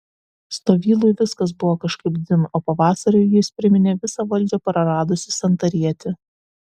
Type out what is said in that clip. stovylui viskas buvo kažkaip dzin ir pavasariui jis priminė visą valdžią praradusį santarietį